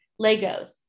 Legos